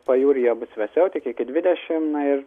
pajūryje bus vėsiau iki dvidešim ir